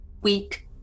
week